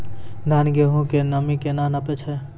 धान, गेहूँ के नमी केना नापै छै?